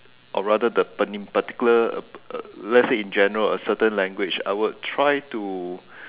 or rather the penin~ particular uh let's say in general a particular language I would try to